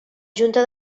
junta